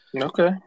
Okay